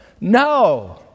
no